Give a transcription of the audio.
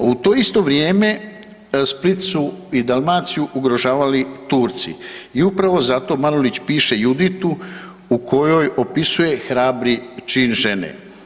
U to isto vrijeme, Split su i Dalmaciju ugrožavali Turci i upravo zato Marulić piše „Juditu“ u kojoj opisuje hrabri čin žene.